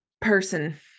person